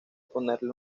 ponerle